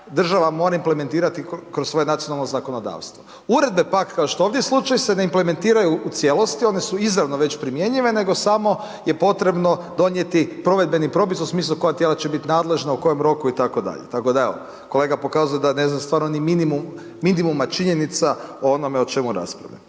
država mora implementirati kroz svoje nacionalno zakonodavstvo. Uredbe pak, kao što je ovdje slučaj se ne implementiraju u cijelosti, one su izravno već primjenjive, nego samo je potrebno donijeti provedbeni propis u smislu koja tijela će biti nadležna, u kojem roku itd. Tako da, evo, kolega pokazuje da ne zna stvarno ni minimum minimuma činjenica o onome o čemu raspravljamo.